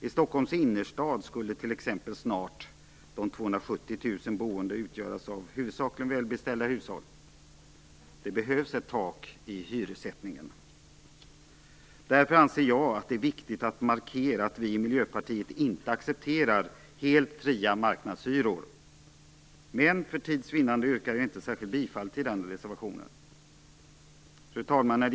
I Stockholms innerstad t.ex. skulle de 270 000 boende snart utgöras av huvudsakligen välbeställda hushåll. Det behövs ett tak i hyressättningen. Därför anser jag att det är viktigt att markera att vi i Miljöpartiet inte accepterar helt fria marknadshyror. För tids vinnande yrkar jag dock inte bifall till den reservationen. Fru talman!